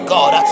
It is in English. God